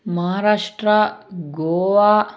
Maharashtra Goa